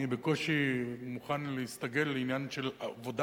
אני בקושי מוכן להסתגל לעניין של עבודה